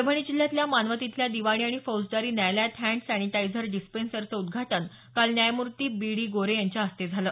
परभणी जिल्ह्यातल्या मानवत इथल्या दिवाणी आणि फौजदारी न्यायालयात हँड सॅनिटायझर डिस्पेन्सरचं उद्घाटन काल न्यायमूर्ती बी डी गोरे यांच्या हस्ते झालं